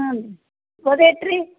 ಹ್ಞೂನ್ರಿ ಗೋಧಿ ಹಿಟ್ಟು ರಿ